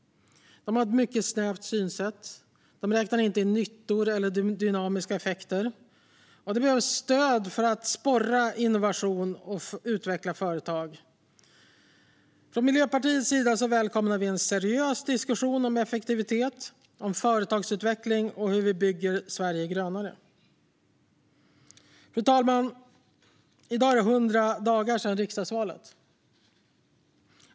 De har ett mycket snävt synsätt. De räknar inte in nyttor eller dynamiska effekter. Det behövs stöd för att sporra innovation och utveckla företag. Miljöpartiet välkomnar en seriös diskussion om effektivitet, företagsutveckling och hur vi ska bygga Sverige grönare. Fru talman! I dag är det 100 dagar sedan riksdagsvalet.